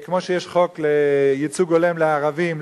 כמו שיש חוק לייצוג הולם לערבים,